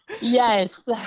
Yes